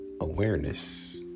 Awareness